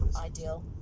ideal